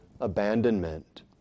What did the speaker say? abandonment